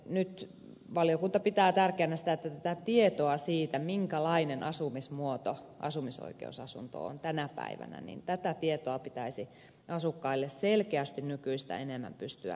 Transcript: nyt valiokunta pitää tärkeänä sitä että tätä tietoa siitä minkälainen asumismuoto asumisoikeusasunto on tänä päivänä pitäisi asukkaille selkeästi nykyistä enemmän pystyä viestittämään